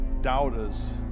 doubters